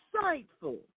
insightful